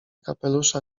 kapelusza